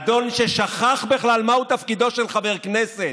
אדון ששכח בכלל מהו תפקידו של חבר כנסת.